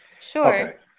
Sure